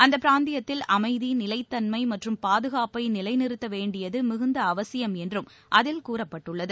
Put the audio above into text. அந்தப் பிராந்தியத்தில் அமைதி நிலைத்தன்மை மற்றும் பாதுகாப்பை நிலைநிறுத்த வேண்டியது மிகுந்த அவசியம் என்றும் அதில் கூறப்பட்டுள்ளது